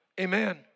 Amen